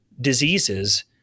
diseases